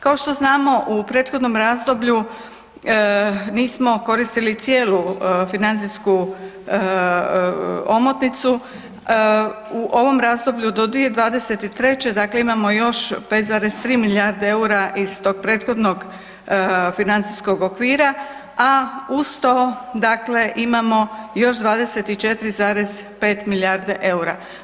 Kao što znamo, u prethodnom razdoblju nismo koristili cijelu financijsku omotnicu, u ovom razdoblju do 2023., dakle imamo još 5,3 milijarde eura iz tog prethodnog financijskog okvira a uz to dakle imamo još 24,5 milijarde eura.